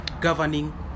governing